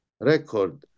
record